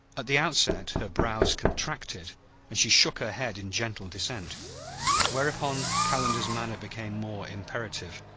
at the outset her brows contracted and she shook her head in gentle dissent whereupon calendar's manner became more imperative.